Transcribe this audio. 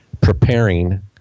preparing